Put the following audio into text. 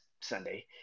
Sunday